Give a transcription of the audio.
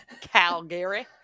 Calgary